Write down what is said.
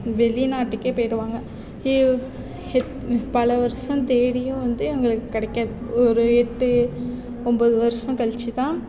வெளி நாட்டுக்கே போய்விடுவாங்க இ பல வருஷம் தேடியும் வந்து இவங்களுக்கு கிடைக்காது ஒரு எட்டு ஒன்பது வருஷம் கழிச்சு தான்